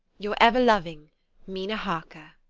your ever-loving mina harker.